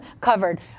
covered